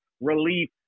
relief